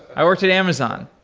i worked at amazon